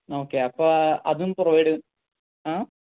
okay അപ്പോൾ അതും provide ചെയ്യും ആ